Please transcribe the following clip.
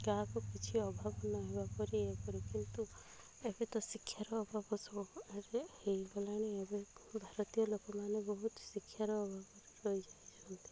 କାହାକୁ କିଛି ଅଭାବ ନହେବା ପରି ଏପରି କିନ୍ତୁ ଏବେ ତ ଶିକ୍ଷାର ଅଭାବ ସବୁରେ ହେଇଗଲାଣି ଏବେ ଭାରତୀୟ ଲୋକମାନେ ବହୁତ ଶିକ୍ଷାର ଅଭାବରେ ରହି ଯାଇଛନ୍ତି